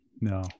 no